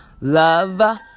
love